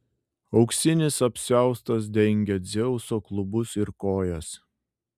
auksinis apsiaustas dengė dzeuso klubus ir kojas